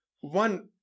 one